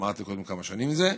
אמרתי קודם כמה שנים זה,